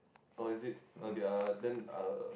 oh is it okay uh then uh